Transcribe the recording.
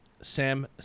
Sam